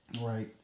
Right